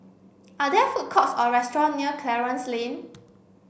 are there food courts or restaurants near Clarence Lane